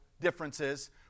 differences